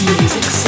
Music